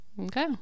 okay